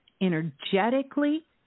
energetically